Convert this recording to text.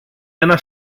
ένα